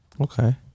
Okay